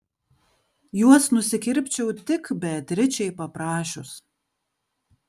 juos nusikirpčiau tik beatričei paprašius